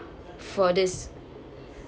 for this